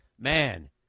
man